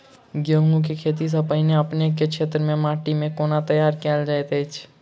गेंहूँ केँ खेती सँ पहिने अपनेक केँ क्षेत्र मे माटि केँ कोना तैयार काल जाइत अछि?